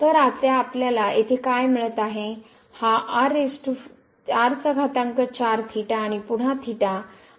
तर आता आपल्याला येथे काय मिळत आहे हा आणि पुन्हा आणि